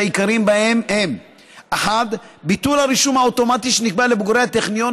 ואלה העיקריים שבהם: 1. ביטול הרישום האוטומטי שנקבע לבוגרי הטכניון,